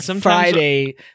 Friday